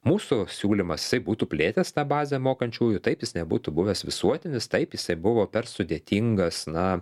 mūsų siūlymas jisai būtų plėtęs tą bazę mokančiųjų tai jis nebūtų buvęs visuotinis taip jisai buvo per sudėtingas na